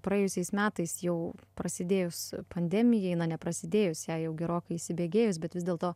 praėjusiais metais jau prasidėjus pandemijai na ne prasidėjus jai jau gerokai įsibėgėjus bet vis dėlto